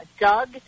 Doug